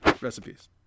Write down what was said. Recipes